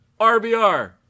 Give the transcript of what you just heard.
rbr